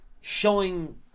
showing